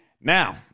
Now